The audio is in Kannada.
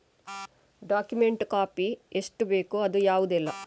ಡಾಕ್ಯುಮೆಂಟ್ ಕಾಪಿ ಎಷ್ಟು ಬೇಕು ಅದು ಯಾವುದೆಲ್ಲ?